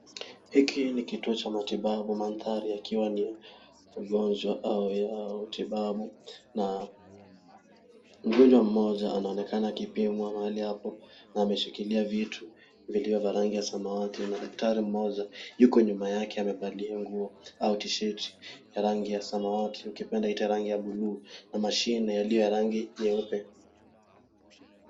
Hiki ni kituo cha matibabu , mandhari yakiwa ni ya ugonjwa au ya utibabu na mgonjwa mmoja anaonekana akipimwa mahali hapo na ameshikilia vitu vilio vya rangi ya samawati na daktari mmoja yuko nyuma yake amevalia nguo au T-shirt ya rangi ya samawati ukipenda iite rangi ya bluu na mashine iliyo ya rangi nyeupe.